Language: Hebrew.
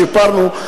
שיפרנו,